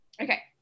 okay